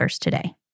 today